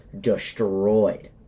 destroyed